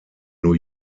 new